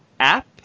app